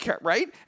right